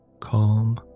Calm